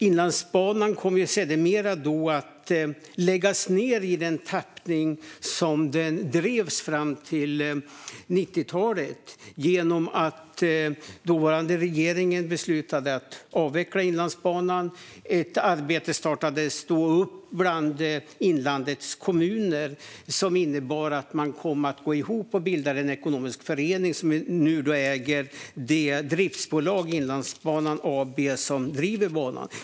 Inlandsbanan kom sedermera att läggas ned i den tappning som den drivits i fram till 90-talet genom att dåvarande regering beslutade att avveckla Inlandsbanan. Ett arbete startades då bland inlandets kommuner; man gick ihop och bildade en ekonomisk förening som nu äger det driftsbolag, Inlandsbanan AB, som driver banan.